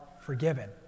forgiven